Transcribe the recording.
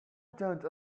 don’t